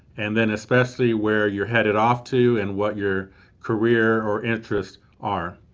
and then especially where you're headed off to and what your career or interests are.